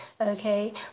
okay